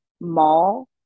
Mall